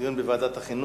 דיון בוועדת החינוך?